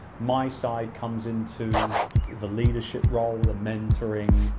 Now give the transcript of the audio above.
my side comes into the leadership role, the mentoring,